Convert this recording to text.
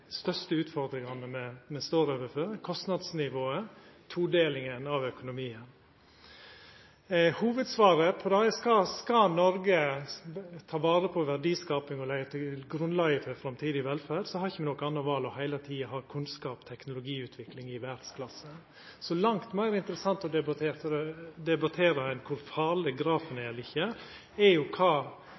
største utfordringane me står overfor: kostnadsnivået og todelinga av økonomien. Hovudsvaret på det er at skal Noreg ta vare på verdiskaping og leggja grunnlaget for ei framtidig velferd, har me ikkje noko anna val enn heile tida å ha kunnskap og teknologiutvikling i verdsklasse. Så langt meir interessant å debattera enn kor farleg grafen er eller ikkje, er kva